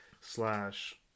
slash